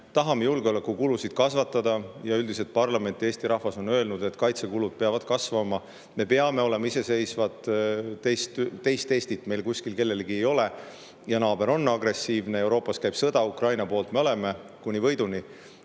tahame julgeolekukulusid kasvatada – üldiselt parlament ja Eesti rahvas on öelnud, et kaitsekulud peavad kasvama, me peame olema iseseisvad, teist Eestit meil kuskil kellelgi ei ole, naaber on agressiivne, Euroopas käib sõda ja Ukraina poolt me oleme kuni võiduni